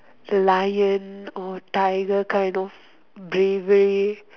lion or tiger kind of bravery